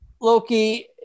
Loki